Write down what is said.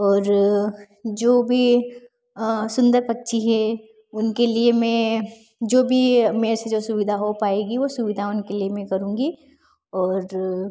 और जो भी सुन्दर पक्षी है उनके लिए मैं जो भी मेरे से जो सुविधा हो पाएगी वह सुविधा उनके लिए मैं करूँगी और